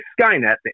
Skynet